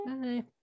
bye